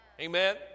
Amen